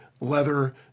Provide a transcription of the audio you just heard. leather